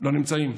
לא נמצאים?